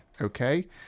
okay